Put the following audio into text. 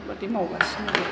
बेफोरबादि मावगासिनो दं